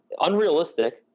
unrealistic